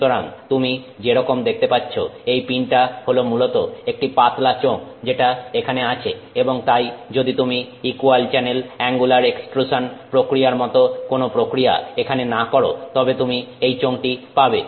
সুতরাং তুমি যেরকম দেখতে পাচ্ছো এই পিনটা হল মূলত একটি পাতলা চোঙ যেটা এখানে আছে এবং তাই যদি তুমি ইকুয়াল চ্যানেল অ্যাঙ্গুলার এক্সট্রুসান প্রক্রিয়ার মত কোন প্রক্রিয়া এখানে না করো তবে তুমি এই চোঙটি পাবে